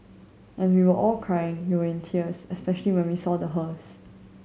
and we were all crying we were in tears especially when we saw the hearse